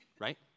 right